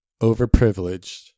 overprivileged